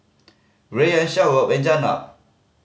Rayyan Shoaib and Jenab